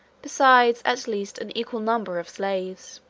besides at least an equal number of slaves.